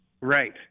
Right